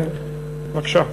בבקשה.